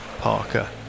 parker